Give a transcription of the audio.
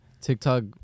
TikTok